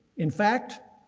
in fact,